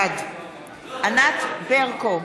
בעד ענת ברקו,